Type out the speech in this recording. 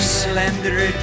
slender